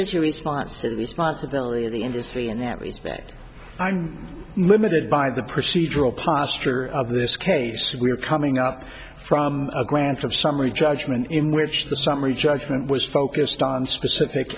is your response to this month's ability of the industry in that respect i'm limited by the procedural posture of this case we are coming up from a grant of summary judgment in which the summary judgment was focused on specific